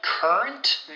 Current